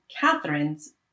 Catherine's